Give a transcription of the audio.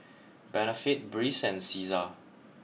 Benefit Breeze and Cesar